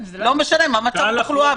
לא משנה מה מצב התחלואה,